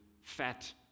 fat